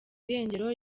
irengero